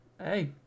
Hey